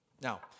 Now